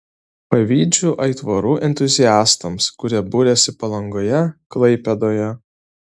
pavydžiu aitvarų entuziastams kurie buriasi palangoje klaipėdoje